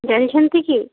ଜାଣିଛନ୍ତି କି